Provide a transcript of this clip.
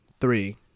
three